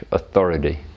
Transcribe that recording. authority